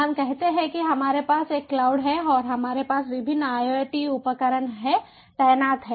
हम कहते हैं कि हमारे पास एक क्लाउड है और हमारे पास विभिन्न IoT उपकरण तैनात हैं